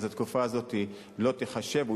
כשבעבר התקופה הזאת לא נחשבה כתקופת אכשרה,